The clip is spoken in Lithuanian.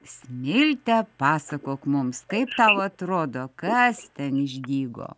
smilte pasakok mums kaip tau atrodo kas ten išdygo